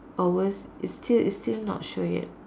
or worst is still is still not sure yet